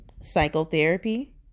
Psychotherapy